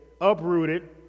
uprooted